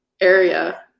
area